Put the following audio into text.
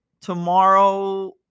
tomorrow